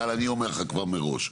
אבל אני אומר לך כבר מראש,